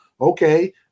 okay